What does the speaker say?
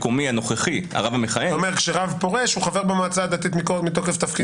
אתה אומר שכרב פורש הוא חבר במועצה הדתית מתוקף תפקידו.